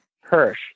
Hirsch